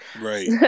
Right